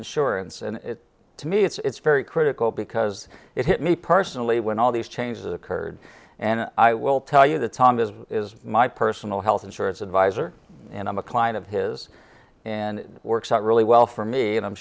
insurance and it to me it's very critical because it hit me personally when all these changes occurred and i will tell you that tom is is my personal health insurance advisor and i'm a client of his and it works out really well for me and i'm